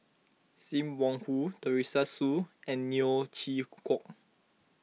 Sim Wong Hoo Teresa Hsu and Neo Chwee Kok